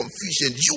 confusion